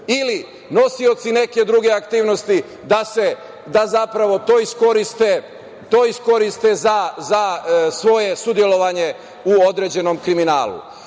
ili nosioci neke druge aktivnosti da zapravo to iskoriste za svoje sudelovanje u određenom kriminalu. Ono